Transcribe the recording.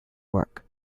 work